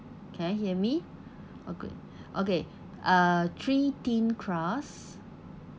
can you hear me okay okay uh three thin crust